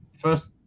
first